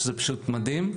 זה פשוט מדהים.